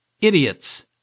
idiots